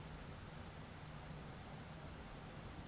যে রালী মমাছিট থ্যাকে ছব থ্যাকে ইমপরট্যাল্ট, সেট কুইল বী